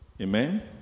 Amen